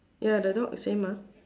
ya the dog same ah